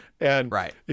Right